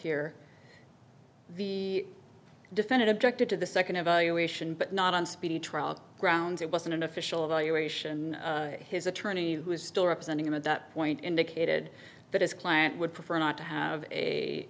here the defendant objected to the second evaluation but not on speedy trial grounds it wasn't an official evaluation his attorney who is still representing him at that point indicated that his client would prefer not to have